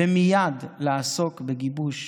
ומייד לעסוק בגיבוש